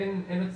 אין ...